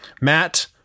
Matt